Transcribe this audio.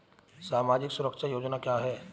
सामाजिक सुरक्षा योजना क्या है?